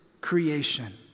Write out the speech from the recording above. creation